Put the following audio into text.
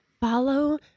follow